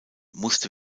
musste